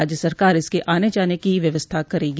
राज्य सरकार इसके आने जाने की व्यवस्था करेगी